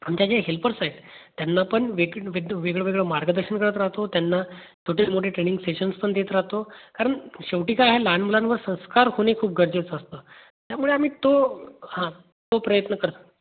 आमच्या जे हेल्पर्स आहेत त्यांना पण वेग वेग वेगळं वेगळं मार्गदर्शन करत राहतो त्यांना छोटे मोठे ट्रेनिंग सेशन्स पण देत राहतो कारण शेवटी काय आहे लहान मुलांवर संस्कार होणे खूप गरजेचं असतं त्यामुळे आम्ही तो हां तो प्रयत्न करतो